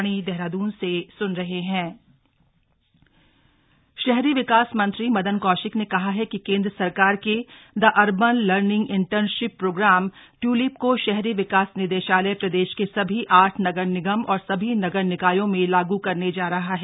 tulip शहरी विकास मंत्री मदन कौशिक ने कहा है कि केंद्र सरकार के the urban learning internship programme TULIP को शहरी विकास निदेशालय प्रदेश के सभी आठ नगर निगम और सभी नगर निकायों में लागू करने जा रहा है